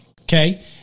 Okay